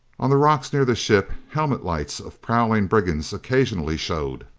on the rocks near the ship, helmet lights of prowling brigands occasionally showed.